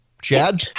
Chad